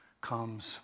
comes